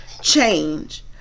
change